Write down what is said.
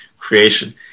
Creation